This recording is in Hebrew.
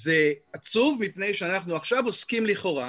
זה עצוב מפני שאנחנו עכשיו עוסקים לכאורה